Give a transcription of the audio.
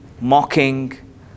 mocking